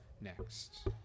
next